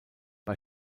bei